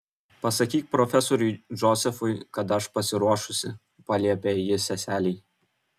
pasakyk profesoriui džozefui kad aš pasiruošusi paliepė ji seselei